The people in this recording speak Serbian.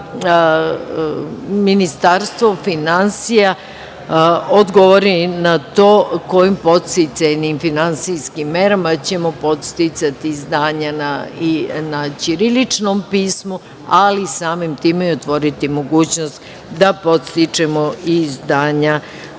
da Ministarstvo finansija odgovori na to kojim podsticajnim finansijskim merama ćemo podsticati izdanja na ćiriličnom pismu, ali samim time i otvoriti mogućnost da podstičemo i izdanja